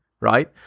right